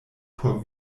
por